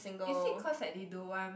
is it cause like they don't want